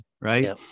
Right